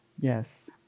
Yes